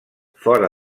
fora